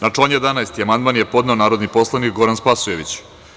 Na član 11. amandman je podneo narodni poslanik Goran Spasojević.